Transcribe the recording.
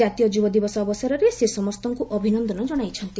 ଜାତୀୟ ଯୁବ ଦିବସ ଅବସରରେ ସେ ସମସ୍ତଙ୍କୁ ଅଭିନନ୍ଦନ ଜଣାଇଛନ୍ତି